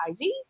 IG